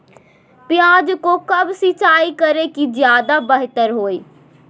प्याज को कब कब सिंचाई करे कि ज्यादा व्यहतर हहो?